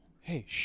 Hey